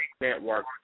network